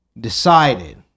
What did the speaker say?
decided